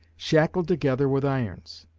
shackled together with irons.